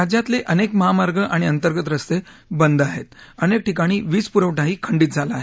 राज्यातले अनेक महामार्ग आणि अंतर्गत रस्ते बंद आहेत अनेक ठिकाणी वीजपुरवठाही खंडीत झाला आहे